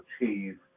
achieve